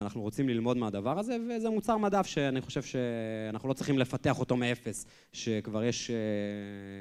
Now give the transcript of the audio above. אנחנו רוצים ללמוד מהדבר הזה, וזה מוצר מדף שאני חושב שאנחנו לא צריכים לפתח אותו מאפס, שכבר יש...